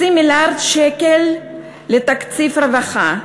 0.5 מיליארד שקל לתקציב הרווחה,